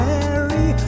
Mary